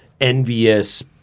envious